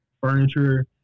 furniture